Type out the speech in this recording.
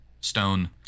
stone